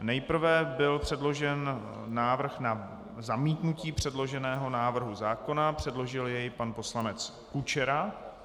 Nejprve byl předložen návrh na zamítnutí předloženého návrhu zákona, předložil jej pan poslanec Kučera.